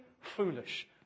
foolish